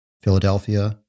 Philadelphia